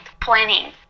planning